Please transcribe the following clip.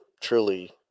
truly